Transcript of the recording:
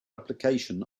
application